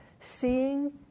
seeing